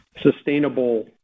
sustainable